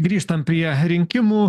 grįžtant prie rinkimų